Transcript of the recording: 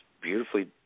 beautifully